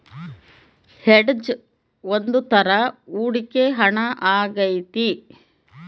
hedge ಒಂದ್ ತರ ಹೂಡಿಕೆ ಹಣ ಆಗೈತಿ